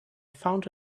found